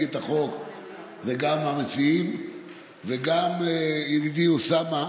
את החוק אלו גם המציעים וגם ידידי אוסאמה,